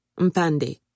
Mpande